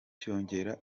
cyongera